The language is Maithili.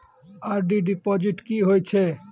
आर.डी डिपॉजिट की होय छै?